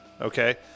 okay